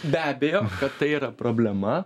be abejo kad tai yra problema